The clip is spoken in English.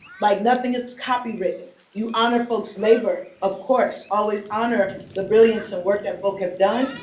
like nothing is copywritten. you honor folks' labor, of course. always honor the brilliance and work that folk have done.